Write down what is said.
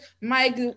mike